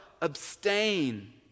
Abstain